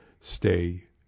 stay